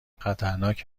خطرناک